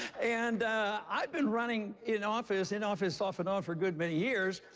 and i've been running in office, in office off and on for a good many years,